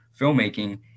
filmmaking